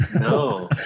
No